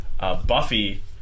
Buffy